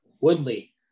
Woodley